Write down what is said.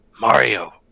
Mario